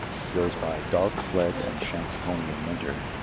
he goes by dog sled and shanks' pony in winter,